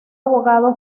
abogado